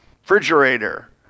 refrigerator